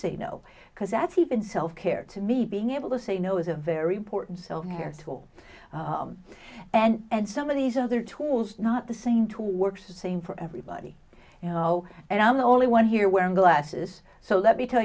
say no because that's even self care to me being able to say no is a very important software tool and some of these other tools not the same tool works the same for everybody you know and i'm the only one here wearing glasses so let me tell